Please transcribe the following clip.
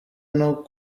nto